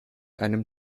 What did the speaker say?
einem